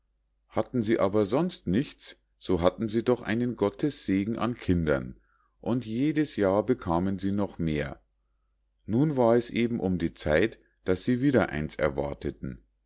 hatten sie aber sonst nichts so hatten sie doch einen gottessegen an kindern und jedes jahr bekamen sie noch mehr nun war es eben um die zeit daß sie wieder eins erwarteten